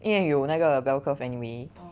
因为有那个 bell curve anyway